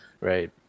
Right